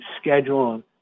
schedule